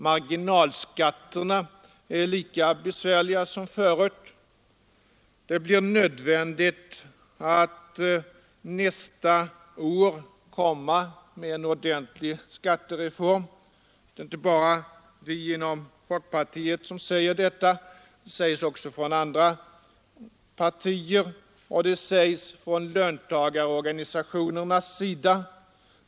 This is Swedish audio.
Marginalskatterna är lika besvärliga som förut, och det blir nödvändigt att nästa år komma med en ordentlig skattereform. Det är inte bara vi inom folkpartiet som säger detta, utan det sägs också från andra partier och från löntagarorganisationernas sida.